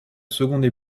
seconde